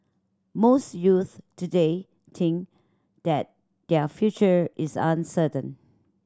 most youths today think that their future is uncertain